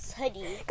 hoodie